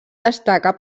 destaca